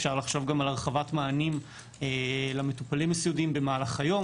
אפשר לחשוב גם על הרחבת מענים למטופלים הסיעודיים במהלך היום,